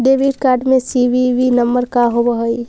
Debit card में CVV number का होव हइ?